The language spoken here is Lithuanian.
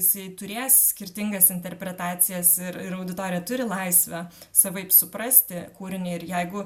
jisai turės skirtingas interpretacijas ir ir auditorija turi laisvę savaip suprasti kūrinį ir jeigu